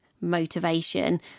motivation